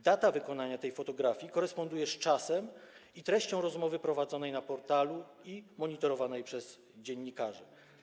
Data wykonania tej fotografii koresponduje z czasem i treścią rozmowy prowadzonej na portalu i monitorowanej przez dziennikarzy.